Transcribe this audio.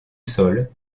sol